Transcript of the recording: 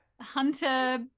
Hunter